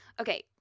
Okay